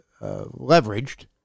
leveraged